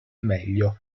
meglio